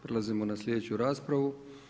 Prelazimo na sljedeću raspravu.